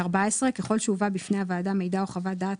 14. ככל שהובא בפני הוועדה מידע או חוות דעת